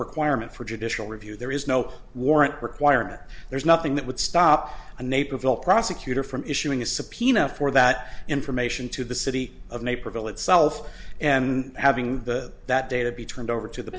requirement for judicial review there is no warrant requirement there's nothing that would stop a naperville prosecutor from issuing a subpoena for that information to the city of naperville itself and having the that data be turned over to the